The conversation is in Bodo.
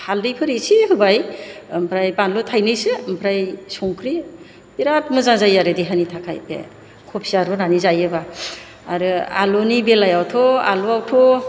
हाल्दैफोर एसे होबाय ओमफ्राय बानलु थायनैसो ओमफ्राय संख्रि बिराद मोजां जायो आरो देहानि थाखाय बे कबिआ रुनानै जायोबा आरो आलुनि बेलायावथ' आलुआवथ'